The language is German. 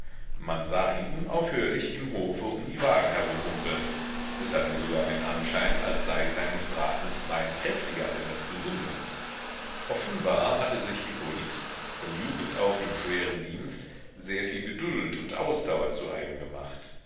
man sah ihn unaufhörlich im hofe um die wagen herumhumpeln es hatte sogar den anschein als sei sein mißratenes bein kräftiger denn das gesunde offenbar hatte sich hippolyt von jugend auf im schweren dienst sehr viel geduld und ausdauer zu eigen gemacht